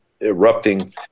erupting